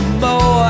boy